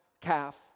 calf